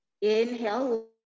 Inhale